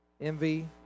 Envy